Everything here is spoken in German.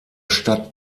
stadt